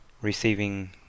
receiving